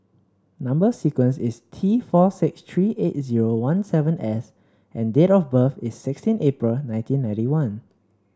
number sequence is T four six three eight zero one seven S and date of birth is sixteen April nineteen ninety one